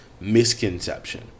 misconception